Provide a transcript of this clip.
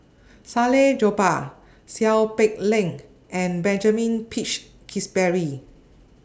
Salleh Japar Seow Peck Leng and Benjamin Peach Keasberry